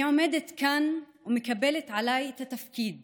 אני עומדת כאן ומקבלת עליי את התפקיד